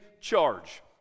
charge